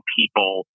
people